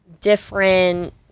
different